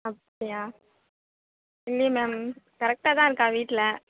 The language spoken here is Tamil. அப்படியா இல்லையே மேம் கரெக்டாக தான் இருக்காள் வீட்டில்